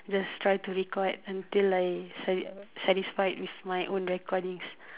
just try to be record until I I sa~ satisfied with my own recordings